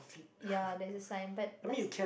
ya there's a sign but does